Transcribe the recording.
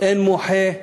אין מוחה?